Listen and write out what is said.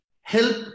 help